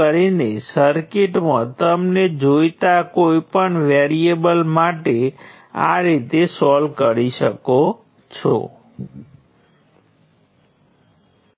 તેથી તે તારણ આપે છે કે અન્ય નિયંત્રણ સ્ત્રોતો માટે આ સૌથી સરળ નિયંત્રણ સ્ત્રોત છે આપણે સુપર નોડનો ઉપયોગ કરીને વોલ્ટેજ સ્ત્રોતના કિસ્સામાં કર્યું હોય તેવું કામ કરવું પડશે